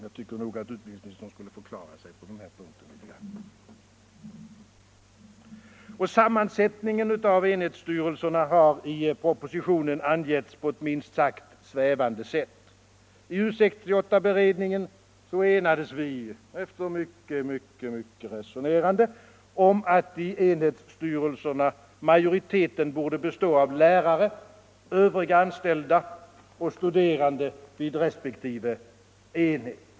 Jag tycker att utbildningsministern borde förklara sig på den här punkten. Sammansättningen av enhetsstyrelserna har i propositionen angivits på ett minst sagt svävande sätt. I U 68-beredningen enades vi efter mycket resonerande om att i enhetsstyrelserna majoriteten borde bestå av lärare, övriga anställda och studerande vid resp. enhet.